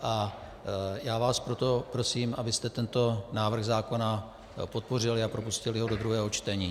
A já vás proto prosím, abyste tento návrh zákona podpořili a propustili do druhého čtení.